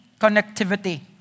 connectivity